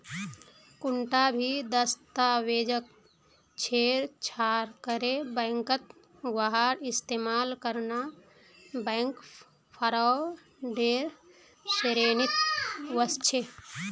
कुंटा भी दस्तावेजक छेड़छाड़ करे बैंकत वहार इस्तेमाल करना बैंक फ्रॉडेर श्रेणीत वस्छे